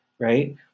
right